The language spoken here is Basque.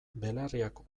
belarriak